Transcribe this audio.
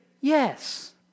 Yes